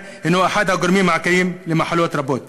הנו אחד הגורמים העיקריים למחלות רבות.